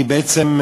בעצם,